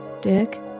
Dick